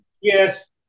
yes